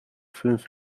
fünf